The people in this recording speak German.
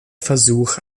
versuch